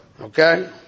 Okay